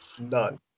None